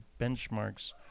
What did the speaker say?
benchmarks